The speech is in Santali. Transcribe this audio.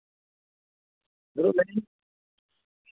ᱫᱩᱲᱩᱵ ᱢᱮ